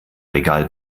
regal